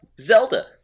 zelda